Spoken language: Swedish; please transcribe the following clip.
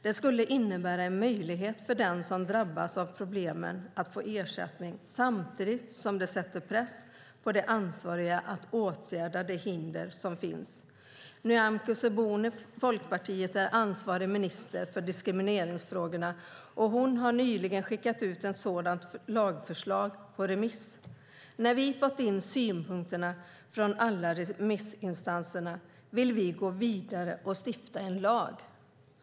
Det skulle innebära en möjlighet för den som drabbas av problemen att få ersättning samtidigt som det sätter press på de ansvariga att åtgärda de hinder som finns. Nyamko Sabuni från Folkpartiet är ansvarig minister för diskrimineringsfrågorna. Hon har nyligen skickat ut ett sådant lagförslag på remiss. När vi fått in synpunkterna från alla remissinstanser vill vi gå vidare och stifta en lag.